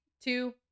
two